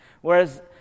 Whereas